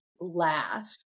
laugh